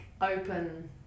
open